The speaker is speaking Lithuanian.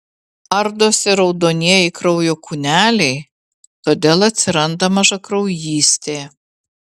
ardosi raudonieji kraujo kūneliai todėl atsiranda mažakraujystė